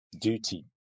duty